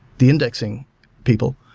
the indexing people.